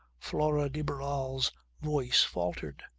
flora de barral's voice faltered.